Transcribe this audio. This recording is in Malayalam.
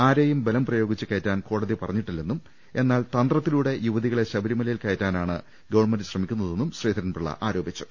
ആരേയും ബലംപ്രയോഗിച്ച് കയറ്റാൻ കോടതി പറഞ്ഞിട്ടില്ലെന്നും എന്നാൽ തന്ത്രത്തിലൂടെ യുവതികളെ ശബരിമലയിൽ കയറ്റാനാണ് ഗവൺമെന്റ് ശ്രമിക്കുന്നതെന്നും ശ്രീധ രൻപിള്ള ആരോപിച്ചു